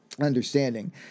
understanding